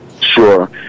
Sure